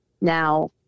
Now